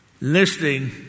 listening